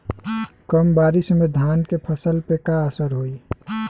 कम बारिश में धान के फसल पे का असर होई?